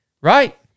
right